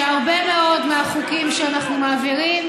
שהרבה מאוד מהחוקים שאנחנו מעבירים,